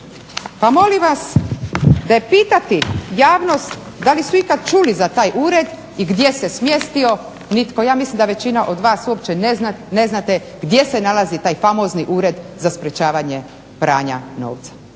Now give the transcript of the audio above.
Pa molim vas da je pitati javnost da li su ikada čuli za taj ured i gdje se smjestio, ja mislim da većina od vas uopće ne znate gdje se nalazi taj famozni Ured za sprečavanje pranja novca.